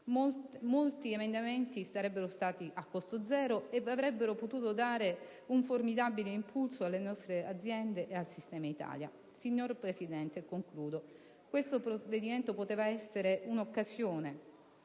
Molti emendamenti sarebbero stati a costo zero e avrebbero potuto dare un formidabile impulso alle nostre aziende e al sistema Italia. Signor Presidente, concludo affermando che questo provvedimento poteva essere una occasione,